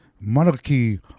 monarchy